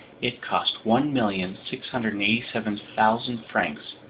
it cost one million six hundred and eighty seven thousand francs,